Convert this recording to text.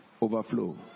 overflow